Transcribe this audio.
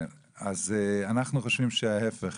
אז אנחנו חושבים ההפך.